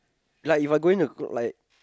like If I going to go like